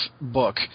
book